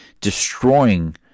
destroying